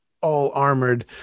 all-armored